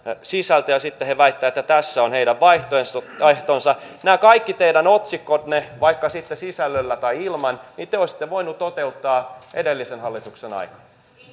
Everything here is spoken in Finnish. sisältöä ja sitten he väittävät että tässä on heidän vaihtoehtonsa nämä kaikki teidän otsikkonne vaikka sitten sisällöllä tai ilman te olisitte voineet toteuttaa edellisen hallituksen aikana